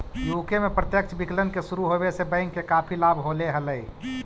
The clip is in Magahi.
यू.के में प्रत्यक्ष विकलन के शुरू होवे से बैंक के काफी लाभ होले हलइ